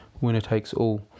winner-takes-all